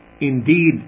indeed